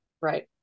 right